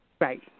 Right